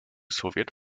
soviet